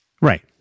Right